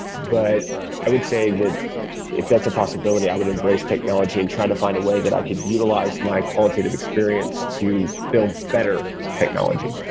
but i would say that if that's a possibility, i would embrace technology and try to find a way that i could utilize my qualitative experience to build better technology.